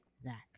Zach